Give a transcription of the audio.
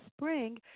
Spring